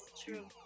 true